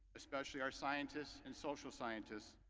especially our scientists and social scientists,